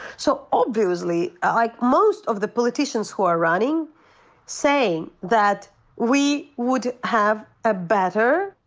so obviously like most of the politicians who are running saying that we would have a better,